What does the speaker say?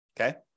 Okay